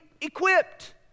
equipped